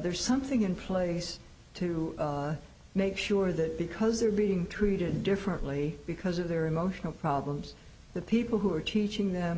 there's something in place to make sure that because they're being treated differently because of their emotional problems the people who are teaching them